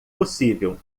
possível